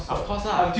of course lah